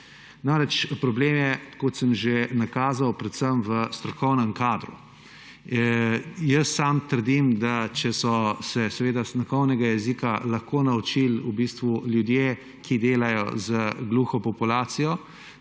Namreč, problem je, kot sem že nakazal, predvsem v strokovnem kadru. Sam trdim, da če so se znakovnega jezika lahko naučili ljudje, ki delajo z gluho populacijo